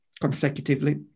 consecutively